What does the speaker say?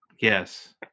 Yes